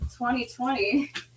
2020